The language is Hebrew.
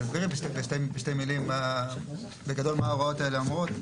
תסבירי בשתי מילים בגדול מה ההוראות האלה אומרות.